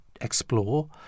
explore